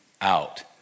out